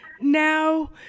now